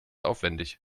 aufwendig